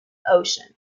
ocean